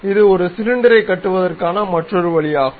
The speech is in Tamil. இது ஒரு சிலிண்டரைக் கட்டுவதற்கான மற்றொரு வழியாகும்